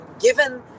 given